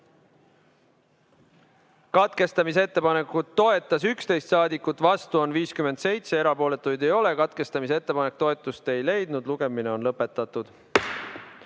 Katkestamise ettepanekut toetas 11 saadikut, vastu on 57, erapooletuid ei ole. Katkestamise ettepanek toetust ei leidnud, lugemine on lõpetatud.